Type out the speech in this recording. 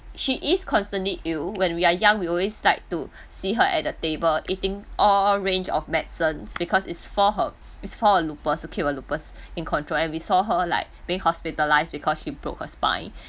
she is constantly ill when we are young we always like to see her at the table eating all range of medicines because is for her is for her lupus to keep her lupus in control and we saw her like being hospitalised because she broke her spine